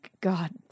God